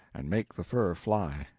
and make the fur fly.